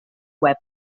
web